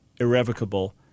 irrevocable